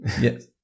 Yes